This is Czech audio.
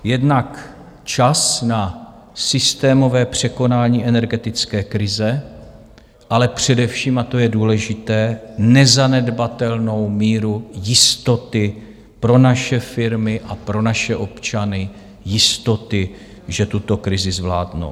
Jednak čas na systémové překonání energetické krize, ale především, a to je důležité, nezanedbatelnou míru jistoty pro naše firmy a pro naše občany, jistoty, že tuto krizi zvládnou.